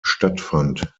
stattfand